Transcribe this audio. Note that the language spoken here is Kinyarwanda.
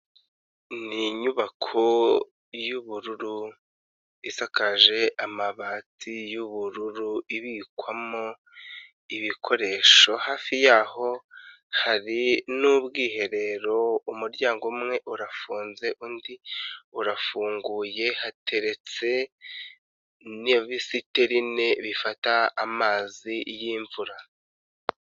Ni inyubako y'ubururu, isakaje amabati y,ubururu, ibikwamo ibikoresho, hafi yaho hari n'ubwiherero, umuryango umwe urafunze, undi urafunguye, hateretse n'ibisiterine bifata amazi y'imvura.